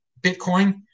Bitcoin